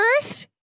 first